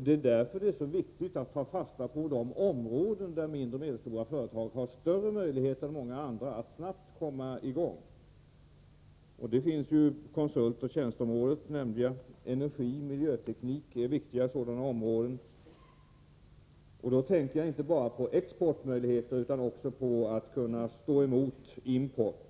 Därför är det viktigt att ta fasta på de områden där mindre och medelstora företag har större möjlighet än många andra att snabbt komma i gång. Konsultoch tjänsteområdet nämnde jag — energioch miljöteknik är viktiga sådana områden — och då tänker jag inte bara på exportmöjligheter utan också på att kunna stå emot import.